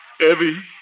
Evie